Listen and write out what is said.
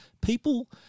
people